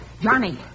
Johnny